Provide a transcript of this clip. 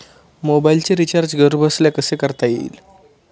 मोबाइलचे रिचार्ज घरबसल्या कसे करता येईल?